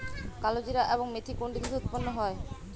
কালোজিরা এবং মেথি কোন ঋতুতে উৎপন্ন হয়?